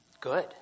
good